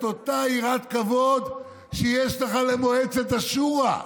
אותה יראת כבוד שיש לך למועצת השורא?